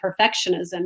perfectionism